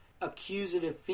accusative